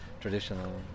traditional